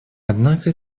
однако